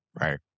Right